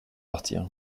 partir